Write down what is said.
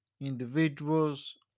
individuals